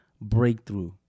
breakthrough